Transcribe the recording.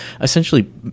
Essentially